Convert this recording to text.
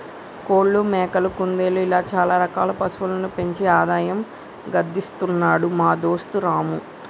కోళ్లు మేకలు కుందేళ్లు ఇలా చాల రకాల పశువులను పెంచి ఆదాయం గడిస్తున్నాడు మా దోస్తు రాము